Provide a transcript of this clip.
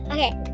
Okay